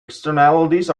externalities